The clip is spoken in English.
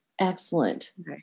Excellent